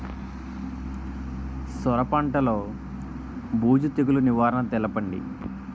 సొర పంటలో బూజు తెగులు నివారణ తెలపండి?